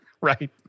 Right